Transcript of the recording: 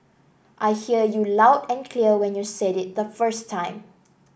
I heard you loud and clear when you said it the first time